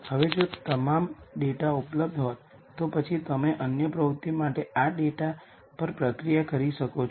હવે જો તમામ ડેટા ઉપલબ્ધ હોત તો પછી તમે અન્ય પ્રવૃત્તિઓ માટે આ ડેટા પર પ્રક્રિયા કરી શકો છો